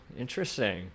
Interesting